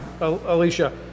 Alicia